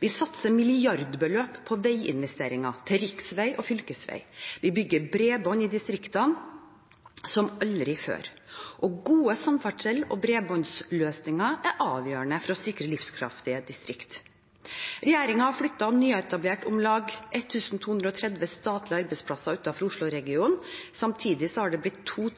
Vi satser milliardbeløp på veiinvesteringer, til riksvei og fylkesvei. Vi bygger bredbånd i distriktene som aldri før. Gode samferdsels- og bredbåndsløsninger er avgjørende for å sikre livskraftige distrikter. Regjeringen har flyttet og nyetablert om lag 1 230 statlige arbeidsplasser utenfor Oslo-regionen. Samtidig har det blitt 2